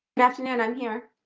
but afternoon i'm here.